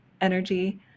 energy